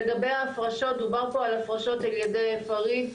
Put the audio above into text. לגבי ההפרשות, דובר פה הפרשות על ידי פריט,